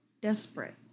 desperate